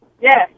Yes